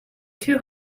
too